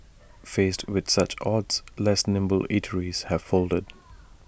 faced with such odds less nimble eateries have folded